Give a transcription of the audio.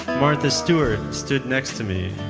martha stewart stood next to me.